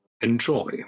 Enjoy